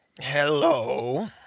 Hello